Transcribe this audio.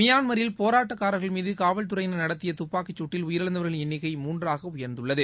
மியான்மரில் போராட்டக்காரர்கள் மீது காவல்துறையினர் நடத்திய துப்பாக்கிச் சூட்டில் உயிரிழந்தவர்களின் எண்ணிக்கை மூன்றாக உயர்ந்துள்ளது